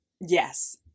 yes